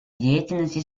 деятельности